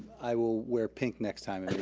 i will wear pink next time.